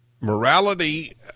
morality